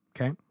okay